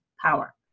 power